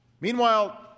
Meanwhile